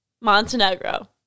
Montenegro